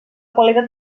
qualitat